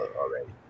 already